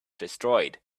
destroyed